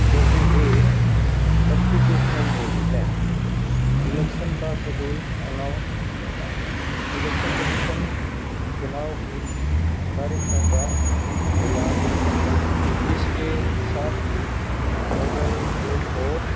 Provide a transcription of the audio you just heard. جو کہ ایک کنسٹیٹیوشنل باڈی ہے الیکشن کا شیڈیول اناؤنس ہونا الیکشن کمیشن چناؤ کی تاریخوں کا اعلان کرتا ہے اس کے ساتھ ہی موڈل کوڈ اور